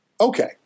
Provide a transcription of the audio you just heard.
Okay